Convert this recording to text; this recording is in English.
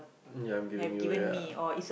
ya I'm giving you ya